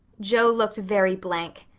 joe looked very blank.